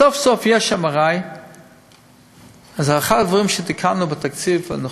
סוף-סוף יש MRI. אז אחד הדברים שיקנו בתקציב הזה,